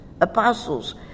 Apostles